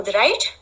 right